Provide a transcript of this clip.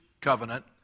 covenant